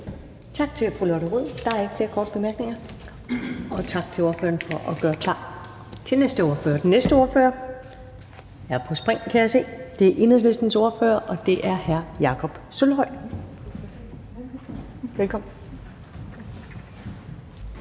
Tak til fru Lotte Rod. Der er ikke flere korte bemærkninger. Og tak til ordføreren for at gøre klar til den næste ordfører. Den næste ordfører er på spring, kan jeg se. Det er Enhedslistens ordfører, hr. Jakob Sølvhøj. Velkommen.